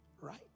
right